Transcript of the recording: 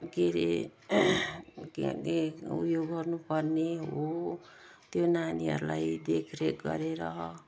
के अरे के अरे उयो गर्नुपर्ने हो त्यो नानीहरूलाई देखरेख गरेर